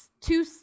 two